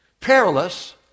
perilous